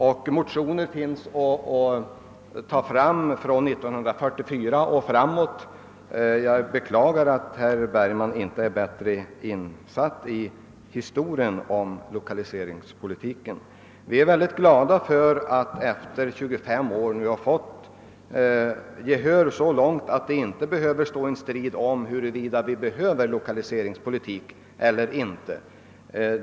Och motioner väcktes redan 1944 och åren därefter. Jag beklagar att herr Bergman inte är bättre insatt i lokaliseringspolitikens historia. Vi är glada över att efter 25 år ha fått gehör för våra åsikter så till vida att det inte står någon strid om huruvida lokaliseringspolitiken är nödvändig eller inte.